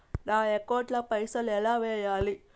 నా అకౌంట్ ల పైసల్ ఎలా వేయాలి?